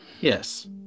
Yes